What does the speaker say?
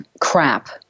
crap